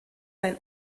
sein